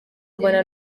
mbona